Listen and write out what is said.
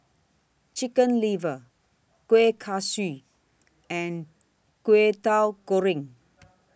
Chicken Liver Kueh Kaswi and Kwetiau Goreng